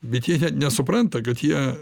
bet jie net nesupranta kad jie